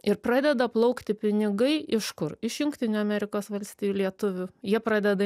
ir pradeda plaukti pinigai iš kur iš jungtinių amerikos valstijų lietuvių jie pradeda